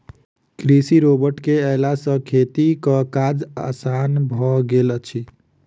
कृषि रोबोट के अयला सॅ खेतीक काज आसान भ गेल अछि